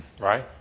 right